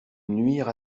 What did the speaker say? nuire